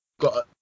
got